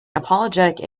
apologetic